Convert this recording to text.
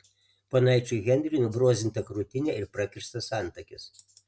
ponaičiui henriui nubrozdinta krūtinė ir prakirstas antakis